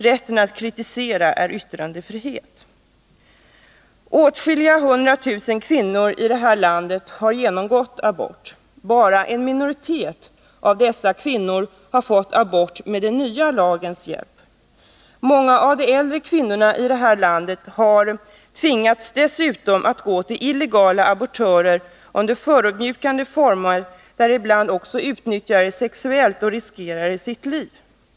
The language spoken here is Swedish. Rätten att kritisera är yttrandefrihet. Åtskilliga hundratusen kvinnor i det här landet har genomgått abort. Bara en minoritet av dessa har fått abort med den nya lagens hjälp. Många av de äldre kvinnorna i det här landet har tvingats att gå till illegala abortörer under förödmjukande former, där de ibland också har utnyttjats sexuellt och riskerat sitt liv.